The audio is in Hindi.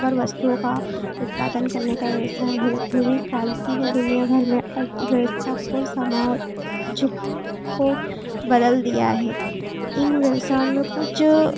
पर वस्तुओं का उत्पादन करने का व्यवसाय है उद्योगिक क्रांति ने दुनिया भर में अर्थव्यवस्था और समाजिक को बदल दिया है इन व्यवसाओं में कुछ